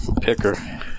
Picker